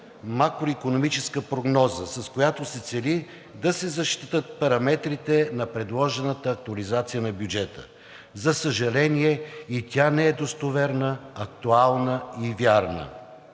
макроикономическа прогноза, с която се цели да се защитят параметрите на предложената актуализация на бюджета. За съжаление, и тя не е достоверна, актуална и вярна.